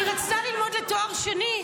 היא רצתה ללמוד לתואר שני,